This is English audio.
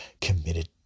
committed